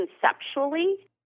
conceptually